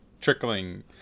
trickling